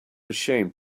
ashamed